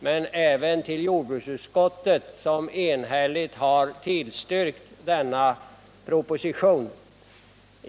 Vi är även tacksamma mot jordbruksutskottet som enhälligt har tillstyrkt denna proposition.